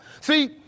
See